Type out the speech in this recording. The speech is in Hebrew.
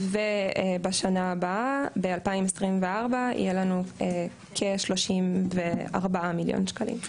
ובשנה הבאה, ב-2024 יהיה לנו כ-34 מיליון שקלים.